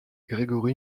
grégory